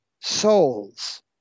souls